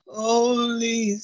holy